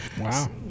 Wow